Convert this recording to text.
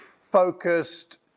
focused